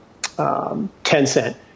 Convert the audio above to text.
Tencent